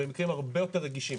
במקרים הרבה יותר רגישים